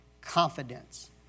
confidence